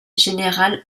général